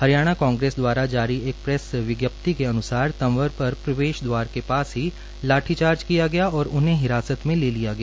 Haryana Congress द्वारा जारी एक प्रैस विज्ञप्ति के अन्सार तंवर पर प्रवेश द्वार के पास ही लाठी चार्ज किया गया और उन्हें हिरासत में लिया गया